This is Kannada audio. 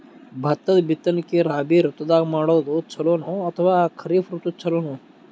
ಭತ್ತದ ಬಿತ್ತನಕಿ ರಾಬಿ ಋತು ದಾಗ ಮಾಡೋದು ಚಲೋನ ಅಥವಾ ಖರೀಫ್ ಋತು ಚಲೋನ?